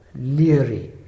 leery